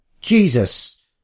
Jesus